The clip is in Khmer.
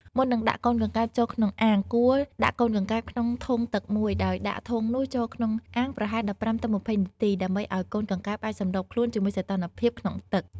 មុននឹងដាក់កូនកង្កែបចូលក្នុងអាង គួរដាក់កូនកង្កែបក្នុងធុងទឹកមួយ ហើយដាក់ធុងនោះចូលក្នុងអាងប្រហែល ១៥ ទៅ ២០ នាទី ដើម្បីឲ្យកូនកង្កែបអាចសម្របខ្លួនជាមួយសីតុណ្ហភាពក្នុងទឹក។